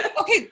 okay